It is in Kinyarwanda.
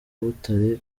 butare